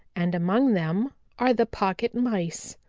and among them are the pocket mice.